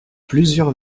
plusieurs